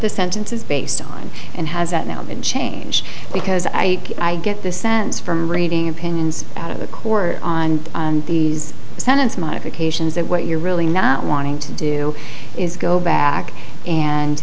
the sentence is based on and has that now been changed because i get the sense from reading opinions out of the court on these descendants modifications that what you're really not wanting to do is go back and